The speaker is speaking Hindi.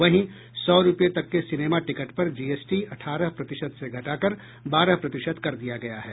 वहीं सौ रूपये तक के सिनेमा टिकट पर जीएसटी अठारह प्रतिशत से घटाकर बारह प्रतिशत कर दिया गया है